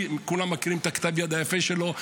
כולם מכירים את כתב היד היפה שלו.